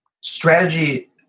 strategy